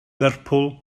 lerpwl